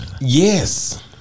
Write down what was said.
Yes